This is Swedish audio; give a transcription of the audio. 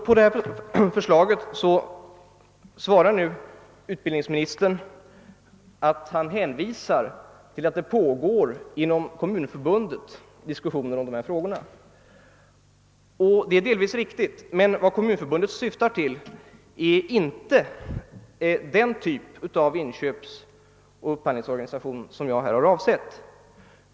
På detta förslag svarar nu utbildningsministern med en hänvisning till att det inom Kommunförbundet pågår diskussioner om dessa problem. Det är delvis riktigt, men vad Kommunförbundet syftar till är inte den typ av inköpsoch upphandlingsorganisation som jag har avsett.